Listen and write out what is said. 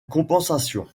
compensation